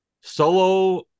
solo